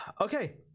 Okay